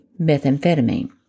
methamphetamine